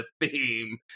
theme